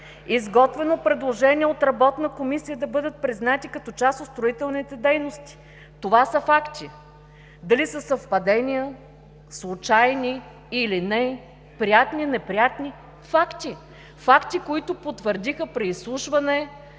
Изготвено е предложение от работна комисия да бъдат признати като част от строителните дейности. Това са факти. Дали са съвпадения, случайни, или не, приятни, неприятни – факти. Факти, които потвърдиха при изслушване